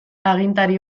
agintari